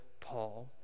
Paul